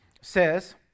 says